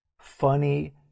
funny